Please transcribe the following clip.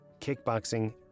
kickboxing